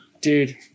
Dude